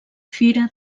fira